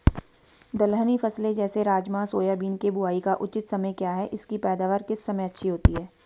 दलहनी फसलें जैसे राजमा सोयाबीन के बुआई का उचित समय क्या है इसकी पैदावार किस समय अच्छी होती है?